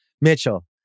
Mitchell